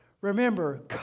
remember